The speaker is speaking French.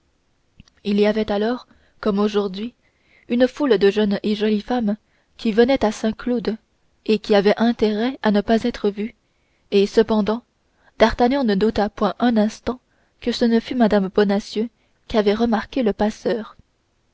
il y avait alors comme aujourd'hui une foule de jeunes et jolies femmes qui venaient à saint-cloud et qui avaient intérêt à ne pas être vues et cependant d'artagnan ne douta point un instant que ce ne fût mme bonacieux qu'avait remarquée le passeur